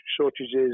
shortages